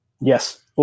Yes